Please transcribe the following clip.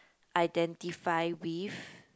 identify with